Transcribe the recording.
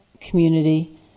community